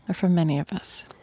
ah for many of us?